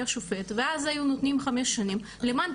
שופט ואז היו נותנים חמש שנים למען,